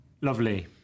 Lovely